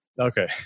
Okay